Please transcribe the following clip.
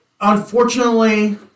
unfortunately